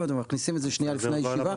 ואתם מכניסים את זה שנייה לפני הישיבה.